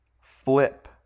Flip